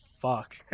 fuck